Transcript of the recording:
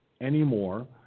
anymore